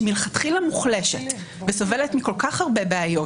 שמלכתחילה מוחלשת וסובלת מכל כך הרבה בעיות,